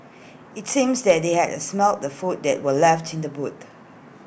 IT seems that they had smelt the food that were left in the boot